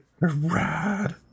rad